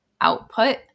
output